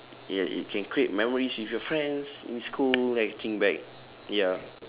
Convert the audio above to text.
ya you can create memories with your friends in school then you think back ya